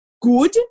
good